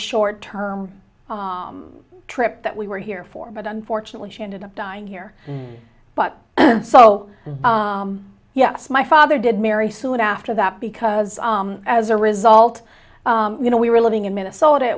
short term trip that we were here for but unfortunately she ended up dying here but so yes my father did marry soon after that because as a result you know we were living in minnesota